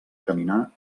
caminar